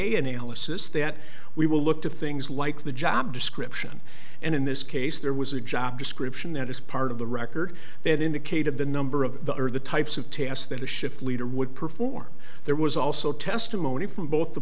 analysis that we will look to things like the job description and in this case there was a job description that is part of the record that indicated the number of the earth the types of tasks that a shift leader would perform there was also testimony from both the